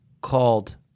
called